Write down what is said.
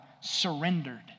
surrendered